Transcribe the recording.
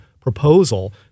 proposal